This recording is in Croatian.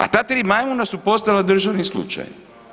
A ta „Tri majmuna“ su postala državni slučaj.